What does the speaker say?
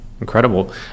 Incredible